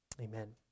Amen